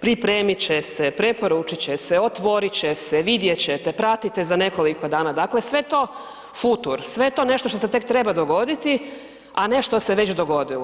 pripremit će se, preporučit će se, otvorit će se, vidjet ćete, pratite za nekoliko dana dakle sve je to futur, sve je to nešto što se tek treba dogoditi, a ne što se već dogodilo.